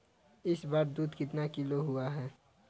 इस बार दूध कितना किलो हुआ है?